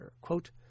Quote